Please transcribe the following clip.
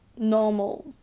Normal